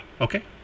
Okay